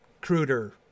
cruder